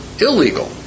illegal